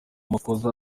makuza